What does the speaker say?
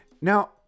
Now